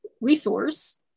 resource